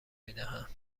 میدهند